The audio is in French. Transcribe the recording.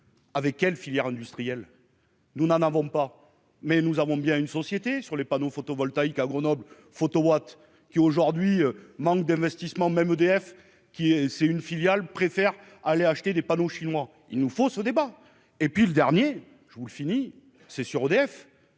avec quelle filières industrielles, nous n'en avons pas mais nous avons bien une société sur les panneaux photovoltaïques à Grenoble Photowatt qui aujourd'hui manque d'investissement même EDF qui est c'est une filiale préfère aller acheter des panneaux chinois, il nous faut ce débat et puis le dernier je vous le fini c'est sûr EDF